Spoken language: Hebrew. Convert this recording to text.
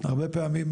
הרבה פעמים,